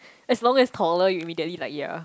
as long as taller you immediately like ya